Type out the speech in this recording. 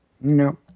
No